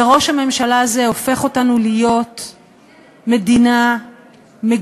וראש הממשלה הזה הופך אותנו להיות מדינה מגונה,